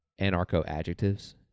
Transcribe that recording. anarcho-adjectives